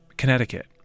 Connecticut